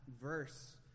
verse